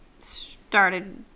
started